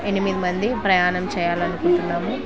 ఎనిమిది మంది ప్రయాణం చేయాలి అనుకుంటున్నాము